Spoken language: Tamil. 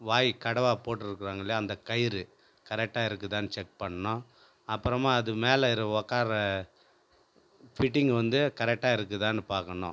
வாய் கடவாய் போட்டுருக்காங்கலையா அந்த கயிறு கரெட்டாக இருக்குதான்னு செக் பண்ணணும் அப்புறமா அது மேலே இருக்கற உக்கார ஃபிட்டிங் வந்து கரெட்டாக இருக்குதான்னு பார்க்கணும்